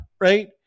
right